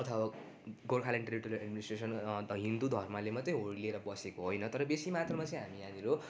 अथवा Gorkhaland territorial administration Hindu धर्मले मात्रै होड लिएर बसेको होइन तर बेसी मात्रमा चाहिँ हामी यहाँनिर